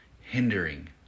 hindering